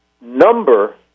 number